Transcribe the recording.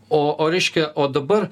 o o reiškia o dabar